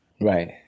Right